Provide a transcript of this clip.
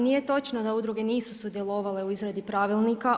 Nije točno da udruge nisu sudjelovale u izradi pravilnika.